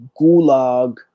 gulag